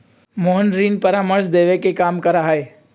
मोहन ऋण परामर्श देवे के काम करा हई